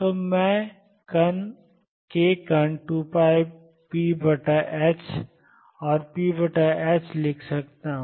तो मैं k कण 2πph or p लिख सकता हूँ